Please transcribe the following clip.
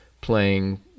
playing